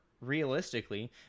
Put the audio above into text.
realistically